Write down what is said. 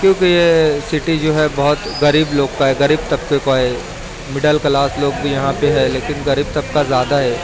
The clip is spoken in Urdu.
کیونکہ یہ سٹی جو ہے بہت غریب لوگ کا ہے غریب طبقے کو ہے مڈل کلاس لوگ بھی یہاں پہ ہے لیکن غریب طبقہ زیادہ ہے